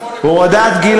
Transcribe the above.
הורדת גיל